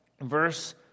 Verse